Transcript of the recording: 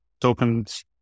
tokens